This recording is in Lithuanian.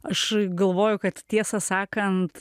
aš galvoju kad tiesą sakant